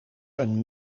een